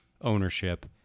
ownership